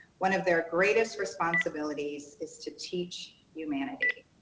one of their greatest responsibilities is to teach humanity.